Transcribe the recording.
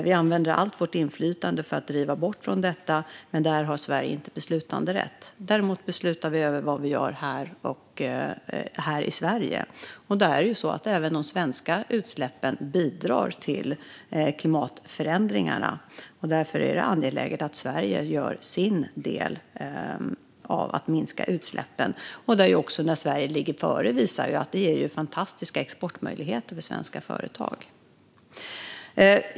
Vi använder allt vårt inflytande för att man ska driva bort från detta, men där har Sverige inte beslutanderätt. Däremot beslutar vi över vad vi gör här i Sverige. Även de svenska utsläppen bidrar till klimatförändringarna. Därför är det angeläget att Sverige gör sin del för att minska utsläppen. När Sverige ligger före visar det sig att det ger fantastiska exportmöjligheter för svenska företag.